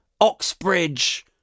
Oxbridge